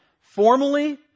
formally